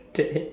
K